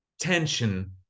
tension